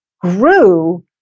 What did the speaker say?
grew